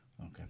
Okay